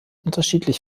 unterschiedlich